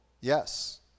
yes